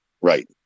Right